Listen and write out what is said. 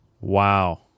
Wow